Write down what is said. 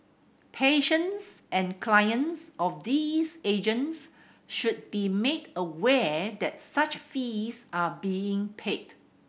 patients and clients of these agents should be made aware that such fees are being paid